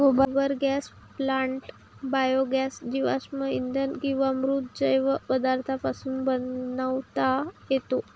गोबर gas plant biogas जीवाश्म इंधन किंवा मृत जैव पदार्थांपासून बनवता येतो